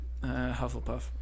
hufflepuff